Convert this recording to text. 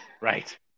right